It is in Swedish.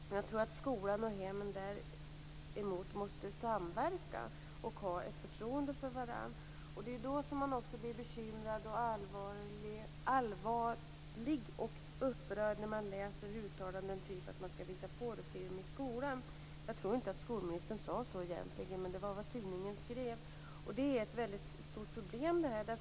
Jag tror däremot att skolan och hemmen måste samverka och ha ett förtroende för varandra. Man blir då allvarligt bekymrad och upprörd när man läser uttalanden av typen att det skall visas porrfilm i skolan. Jag tror inte att skolministern sade så egentligen, men det var vad tidningen skrev. Det är ett väldigt stort problem.